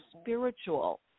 spiritual